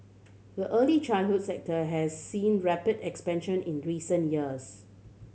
the early childhood sector has seen rapid expansion in recent years